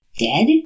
Dead